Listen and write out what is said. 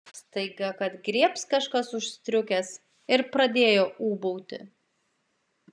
staiga kad griebs kažkas už striukės ir pradėjo ūbauti